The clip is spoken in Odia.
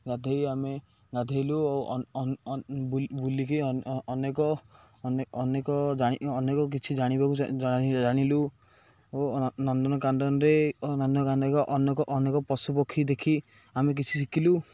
ଗାଧେଇ ଆମେ ଗାଧେଇଲୁ ଓ ବୁଲିକି ଅନେକ ଅନେକ ଜାଣି ଅନେକ କିଛି ଜାଣିବାକୁ ଜାଣିଲୁ ଓ ନନ୍ଦନକାନନରେ ନନ୍ଦକାନକ ଅନେକ ଅନେକ ପଶୁପକ୍ଷୀ ଦେଖି ଆମେ କିଛି ଶିଖିଲୁ